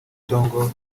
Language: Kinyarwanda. dogo